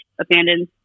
abandoned